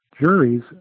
juries